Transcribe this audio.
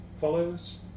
follows